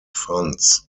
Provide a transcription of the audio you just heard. funds